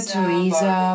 Teresa